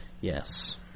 Yes